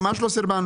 ממש לא סרבלנו.